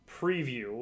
preview